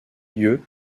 lieu